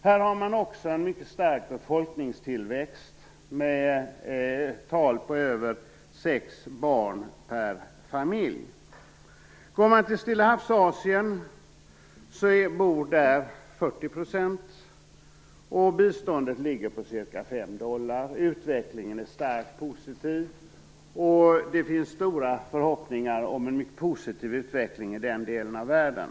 Här har man också en mycket stark befolkningstillväxt med tal på över sex barn per familj. Går man till Stillahavsasien bor där 40 % av uvärldens befolkning, och biståndet ligger på ca 5 dollar per invånare. Utvecklingen är starkt positiv. Det finns stora förhoppningar om en mycket positiv utveckling i den delen av världen.